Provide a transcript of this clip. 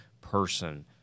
person